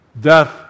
death